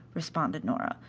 responded nora.